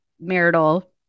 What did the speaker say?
marital